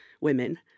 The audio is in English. women